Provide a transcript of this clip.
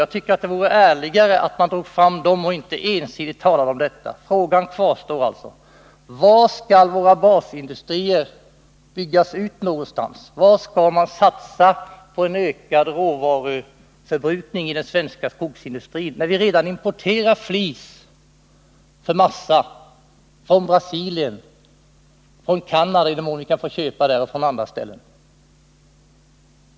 Jag tycker att det vore ärligare att dra fram dessa och inte ensidigt tala om annat. Frågan kvarstår alltså: Var någonstans skall våra basindustrier byggas ut, var skall man satsa på en ökning av råvaruförbrukningen i den svenska skogsindustrin, då vi redan importerar flis för massa från Brasilien, från Canada — om vi får köpa där — och från andra länder?